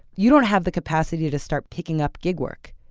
you don't have the capacity to start picking up gig work.